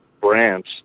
brands